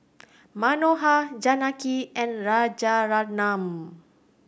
Manohar Janaki and Rajaratnam